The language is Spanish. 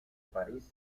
parís